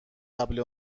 قبل